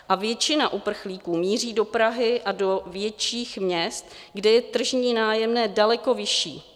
A většina uprchlíků míří do Prahy a do větších měst, kde je tržní nájemné daleko vyšší.